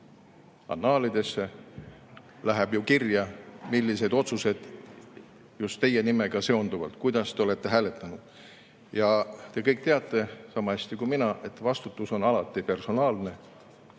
annaalidesse läheb kirja, millised otsused on just teie nimega seotud, kuidas te olete hääletanud. Te kõik teate sama hästi kui mina, et vastutus on alati personaalne,